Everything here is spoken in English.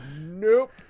Nope